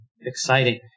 Exciting